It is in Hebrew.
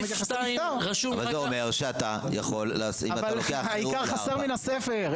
זה אומר שאתה יכול -- אבל העיקר חסר מן הספר.